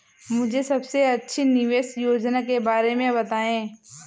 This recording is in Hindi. मुझे सबसे अच्छी निवेश योजना के बारे में बताएँ?